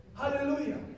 Hallelujah